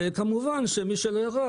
וכמובן ששמי שלא ירד,